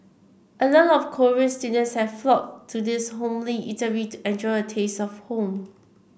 a lot of Korean students have flocked to this homely eatery to enjoy taste of home